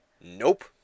Nope